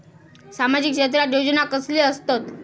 सामाजिक क्षेत्रात योजना कसले असतत?